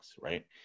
right